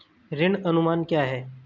ऋण अनुमान क्या है?